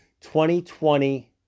2020